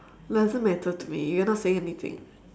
doesn't matter to me we are not saying anything